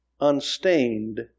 unstained